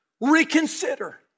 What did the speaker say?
reconsider